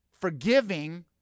forgiving